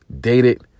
dated